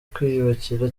kwiyubakira